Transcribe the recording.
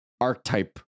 archetype